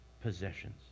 possessions